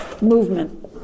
movement